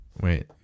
Wait